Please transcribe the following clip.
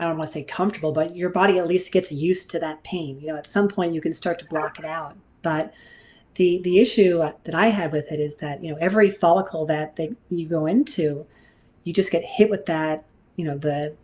i don't want say comfortable but your body at least gets used to that pain. you know at some point you can start to block it out. but the the issue that i have with it is that you know every follicle that you go into you just get hit with that you know the